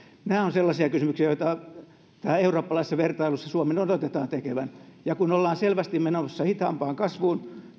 nämä ovat sellaisia kysymyksiä joita tässä eurooppalaisessa vertailussa suomen odotetaan tekevän ja kun ollaan selvästi menossa hitaampaan kasvuun